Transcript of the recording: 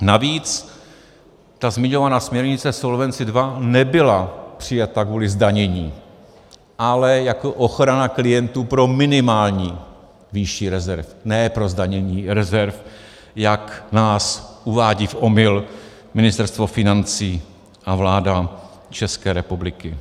Navíc ta zmiňovaná směrnice Solvency II nebyla přijata kvůli zdanění, ale jako ochrana klientů pro minimální výši rezerv, ne pro zdanění rezerv, jak nás uvádí v omyl Ministerstvo financí a vláda České republiky.